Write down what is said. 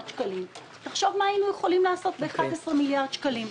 שקלים תחשוב מה היינו יכולים לעשות עם 11 מיליארד שקלים.